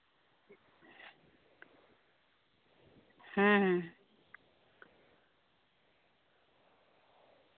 ᱦᱩᱸ